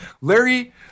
Larry